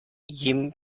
jim